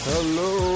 Hello